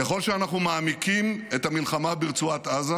ככל שאנחנו מעמיקים את המלחמה ברצועת עזה